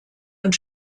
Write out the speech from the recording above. und